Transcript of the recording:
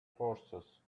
horses